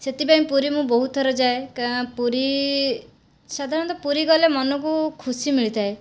ସେଥିପାଇଁ ପୁରୀ ମୁଁ ବହୁତ ଥର ଯାଏ ପୁରୀ ସାଧାରଣତଃ ପୁରୀ ଗଲେ ମନକୁ ଖୁସି ମିଳିଥାଏ